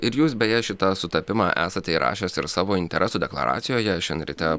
ir jūs beje šitą sutapimą esate įrašęs ir savo interesų deklaracijoje šian ryte